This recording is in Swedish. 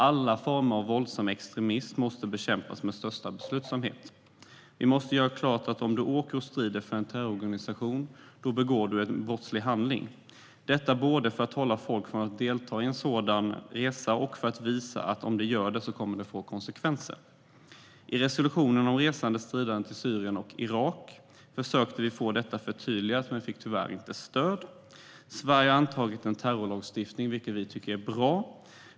Alla former av våldsam extremism måste bekämpas med största beslutsamhet. Vi måste göra klart att om du åker och strider för en terrororganisation begår du en brottslig handling. Vi ska göra det både för att avhålla folk från att delta i en sådan resa och för att visa att om de gör det kommer det att få konsekvenser. I resolutionen om resande stridande till Syrien och Irak försökte vi få detta förtydligat men fick tyvärr inte stöd. Sverige har antagit en terrorlagstiftning, vilket vi tycker är bra.